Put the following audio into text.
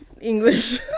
English